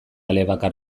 elebakar